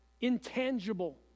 intangible